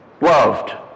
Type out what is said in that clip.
loved